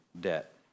debt